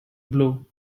blow